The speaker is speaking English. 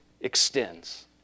extends